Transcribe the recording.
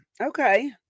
Okay